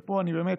ופה אני באמת